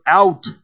out